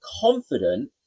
confident